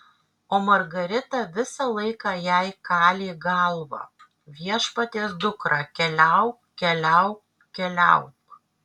o margarita visą laiką jai kalė į galvą viešpaties dukra keliauk keliauk keliauk